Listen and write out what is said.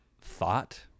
thought